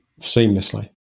seamlessly